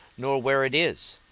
nor where it is,